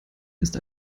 ist